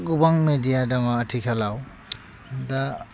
गोबां मेडिया दङ आथिखालाव दा